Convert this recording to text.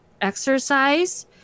exercise